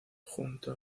junto